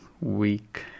week